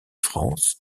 france